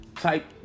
type